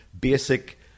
basic